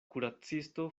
kuracisto